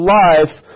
life